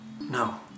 No